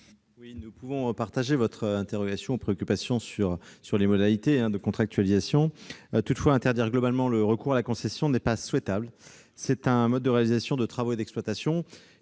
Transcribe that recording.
nous pouvons partager votre préoccupation quant aux modalités de contractualisation. Toutefois, interdire globalement le recours à la concession n'est pas souhaitable : c'est un mode de réalisation de travaux d'exploitation